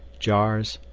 jars,